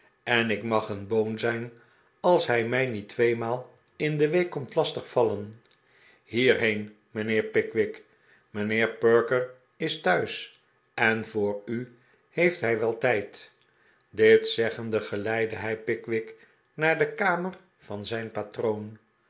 en ik mag een boon zijn als hij mij niet tweemaal in de week komt lastig vallen hierheen mijnheer pickwick mijnheer perker is thuis en voor u heeft hij wel tijd dit zeggende geleidde hij pickwick naar de kamer van zijn patroon